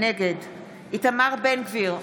נגד איתמר בן גביר,